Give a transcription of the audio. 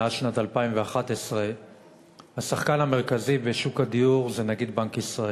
מאז שנת 2011 השחקן המרכזי בשוק הדיור הוא נגיד בנק ישראל,